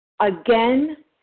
again